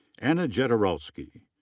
anna jedralski.